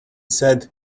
said